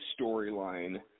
storyline